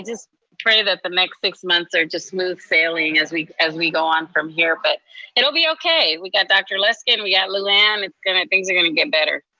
ah just pray that next six months are just smooth sailing as we as we go on from here, but it'll be okay. we got dr. luskin, we got lou anne. it's gonna, things are gonna get better.